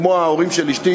כמו ההורים של אשתי,